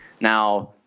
Now